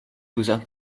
without